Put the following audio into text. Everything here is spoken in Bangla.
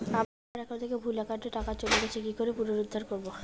আমার একাউন্ট থেকে ভুল একাউন্টে টাকা চলে গেছে কি করে পুনরুদ্ধার করবো?